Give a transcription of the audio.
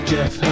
Jeff